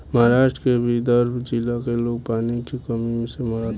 महाराष्ट्र के विदर्भ जिला में लोग पानी के कमी से मरता